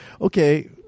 okay